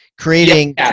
creating